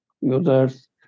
users